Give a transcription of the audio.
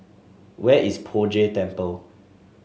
where is Poh Jay Temple